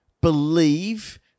believe